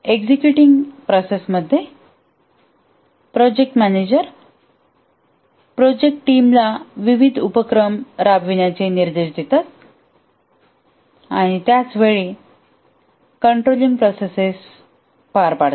executing process मध्ये project manager project टीमला विविध उपक्रम राबविण्याचे निर्देश देतात आणि त्याच वेळी नियंत्रित प्रोसेस पार पाडतात